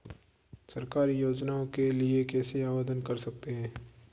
सरकारी योजनाओं के लिए कैसे आवेदन कर सकते हैं?